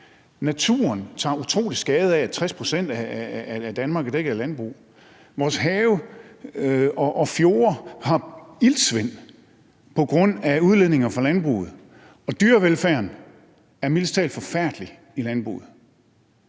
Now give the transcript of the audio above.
naturen tager utrolig meget skade af, at 60 pct. af Danmark er dækket af landbrug, vores have og fjorde har iltsvind på grund af udledninger fra landbruget, og dyrevelfærden er mildest talt forfærdelig i landbruget.